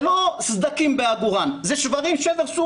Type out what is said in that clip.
זה לא סדקים בעגורן, זה שבר סורי-אפריקאי.